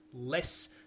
less